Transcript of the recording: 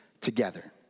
together